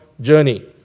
journey